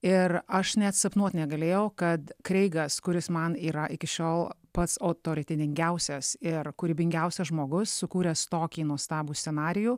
ir aš net sapnuot negalėjau kad kreigas kuris man yra iki šiol pats autoritetingiausias ir kūrybingiausias žmogus sukūręs tokį nuostabų scenarijų